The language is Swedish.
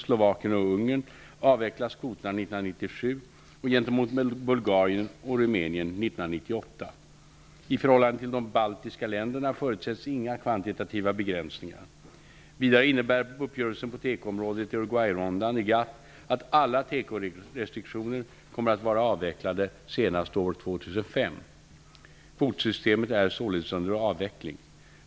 förhållande till de baltiska länderna förutsätts inga kvantitativa begränsningar. Vidare innebär uppgörelsen på tekoområdet i Uruguay-rundan i GATT att alla tekorestriktioner kommer att vara avvecklade senast år 2005. Kvotsystemet är således under avveckling.